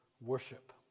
worship